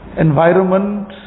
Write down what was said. Environment